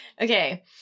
okay